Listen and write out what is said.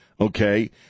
okay